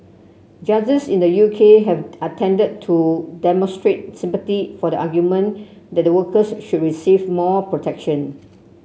judges in the U K have attended to demonstrate sympathy for the argument that the workers should receive more protection